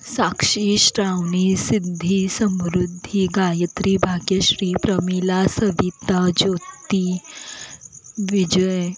Sakshi Shravani Siddhi Samruddhi Gayatri Bhagyashree Pramila Savita Jyoti Vijay